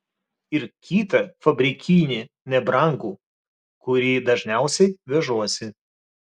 ir kitą fabrikinį nebrangų kurį dažniausiai vežuosi